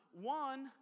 One